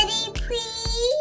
please